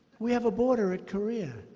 we have a border at korea.